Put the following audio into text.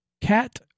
cat